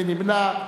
מי נמנע?